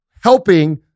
helping